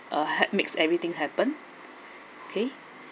uh had made everything happened okay